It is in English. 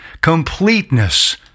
completeness